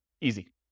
Easy